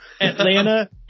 Atlanta